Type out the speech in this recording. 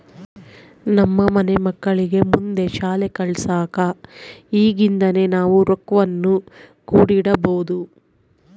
ನಮ್ಮ ಮನೆ ಮಕ್ಕಳಿಗೆ ಮುಂದೆ ಶಾಲಿ ಕಲ್ಸಕ ಈಗಿಂದನೇ ನಾವು ರೊಕ್ವನ್ನು ಕೂಡಿಡಬೋದು